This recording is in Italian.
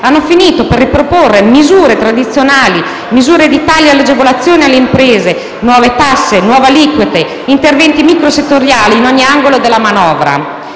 hanno finito per riproporre misure tradizionali, tagli alle agevolazioni alle imprese, nuove tasse, nuove aliquote, interventi micro settoriali in ogni angolo della manovra.